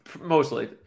Mostly